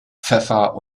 pfeffer